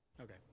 Okay